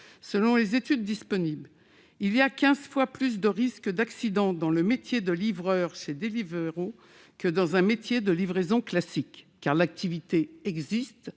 Selon les études disponibles, il y a quinze fois plus de risques d'accident dans le métier de livreur chez Deliveroo que dans un métier de livraison classique. N'oublions